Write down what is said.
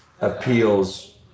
appeals